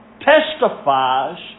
testifies